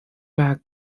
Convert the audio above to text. back